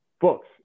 books